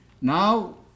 Now